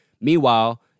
Meanwhile